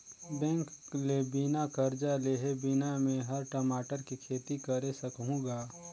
bank ले बिना करजा लेहे बिना में हर टमाटर के खेती करे सकहुँ गा